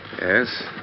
Yes